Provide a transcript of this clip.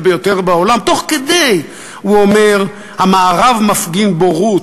אומר השר יעלון,